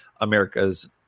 America's